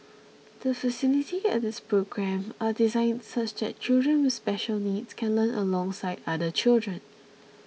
the facility and its program designed such that children with special needs can learn alongside other children